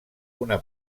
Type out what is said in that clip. una